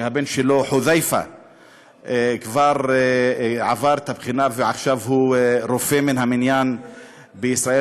שהבן שלו חודיפה כבר עבר את הבחינה ועכשיו הוא רופא מן המניין בישראל.